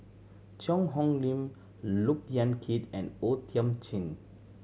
Cheang Hong Lim Look Yan Kit and O Thiam Chin